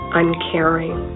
uncaring